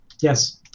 Yes